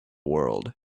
world